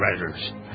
writers